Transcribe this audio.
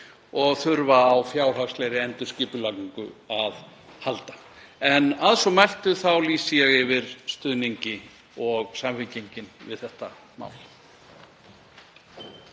og þurfa á fjárhagslegri endurskipulagningu að halda. Að svo mæltu lýsi ég yfir stuðningi — og Samfylkingin — við þetta mál.